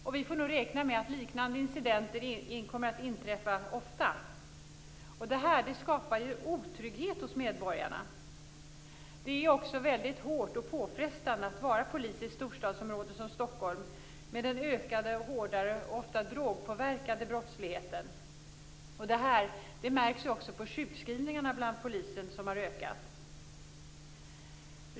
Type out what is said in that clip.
Och vi får nog räkna med att liknande incidenter kommer att inträffa ofta. Det här skapar otrygghet hos medborgarna. Det är också väldigt hårt och påfrestande att vara polis i ett storstadsområde som Stockholm med den ökade, hårdare och ofta drogpåverkade brottsligheten. Det här märks också på sjukskrivningarna bland poliser, som har ökat.